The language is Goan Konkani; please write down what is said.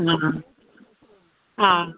आं आं आं